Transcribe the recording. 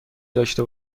داشته